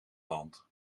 land